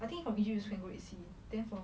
I think from egpyt also can go red sea then from